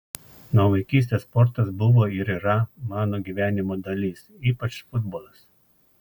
nuo vaikystės sportas buvo ir yra mano gyvenimo dalis ypač futbolas